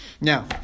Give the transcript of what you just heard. Now